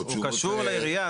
הוא קשור לעירייה,